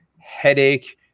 headache